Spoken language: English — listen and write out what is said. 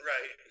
Right